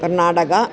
Karnataka